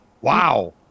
wow